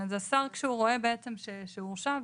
אז השר כשהוא רואה בעצם שהוא הורשע,